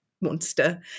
monster